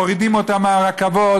מורידים אותם מהרכבות,